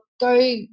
go